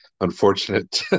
unfortunate